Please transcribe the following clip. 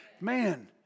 Man